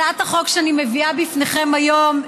הצעת החוק שאני מביאה בפניכם היום,